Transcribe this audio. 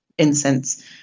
incense